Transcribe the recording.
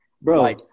Bro